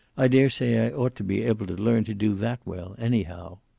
i daresay i ought to be able to learn to do that well, anyhow.